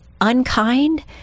unkind